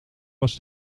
was